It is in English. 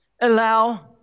allow